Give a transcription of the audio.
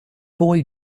boy